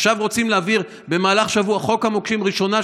ועכשיו רוצים להעביר במהלך שבוע את חוק המוקשים בראשונה,